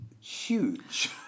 huge